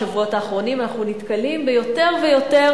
בשבועות האחרונים אנחנו נתקלים ביותר ויותר